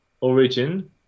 origin